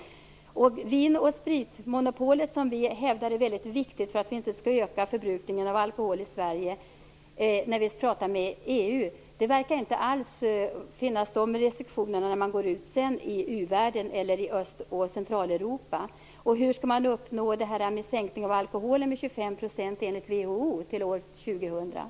När det gäller det vin och spritmonopol som vi i samtalen med EU hävdar är väldigt viktigt för att förbrukningen av alkohol i Sverige inte skall öka så verkar det alls inte finnas några sådana restriktioner när man går ut till u-världen eller till Öst och Centraleuropa. Hur skall man till år 2000 uppnå den sänkning av alkoholkonsumtionen med 25 % som enligt WHO är målet?